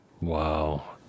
Wow